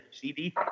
CD